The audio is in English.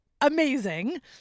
amazing